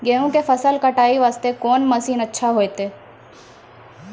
गेहूँ के फसल कटाई वास्ते कोंन मसीन अच्छा होइतै?